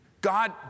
God